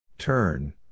Turn